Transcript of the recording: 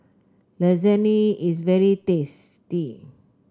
lasagne is very tasty